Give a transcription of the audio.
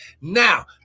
Now